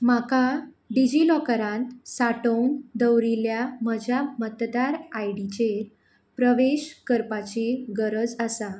म्हाका डिजिलॉकरांत सांठोवन दवरिल्ल्या म्हज्या मतदार आयडीचेर प्रवेश करपाची गरज आसा